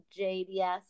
JDS